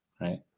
right